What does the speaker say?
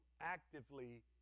actively